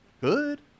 Good